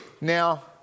Now